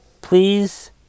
Please